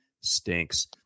stinks